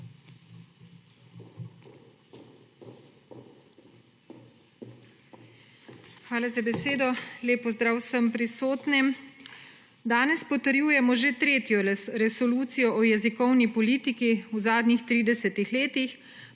Hvala za besedo. Lep pozdrav vsem prisotnim! Danes potrjujemo že tretjo resolucijo o jezikovni politiki v zadnjih 30. letih,